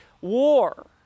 war